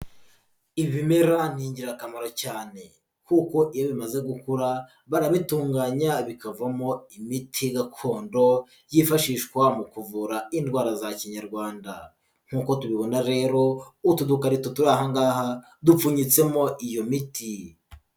Ibimera ni ingirakamaro cyane kuko iyo bimaze gukura, barabitunganya bikavamo imiti gakondo yifashishwa mu kuvura indwara za Kinyarwanda, nk'uko tubibona rero utu dukarito turi aha ngaha dupfunyitsemo iyo miti.